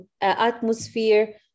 atmosphere